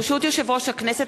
ברשות יושב ראש הכנסת,